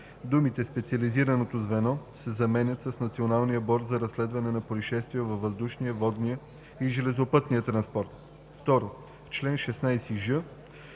думите „специализираното звено“ се заменят с „Националния борд за разследване на произшествия във въздушния, водния и железопътния транспорт“. 2. В чл. 16ж: